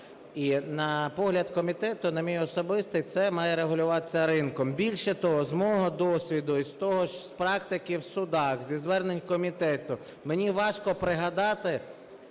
І на погляд комітету і на мій особистий, це має регулюватися ринком. Більше того, змога досвіду і з того ж, з практики в судах, зі звернень до комітету, мені важко пригадати,